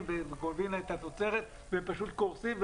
וגונבים להם את התוצרת והם פשוט קורסים.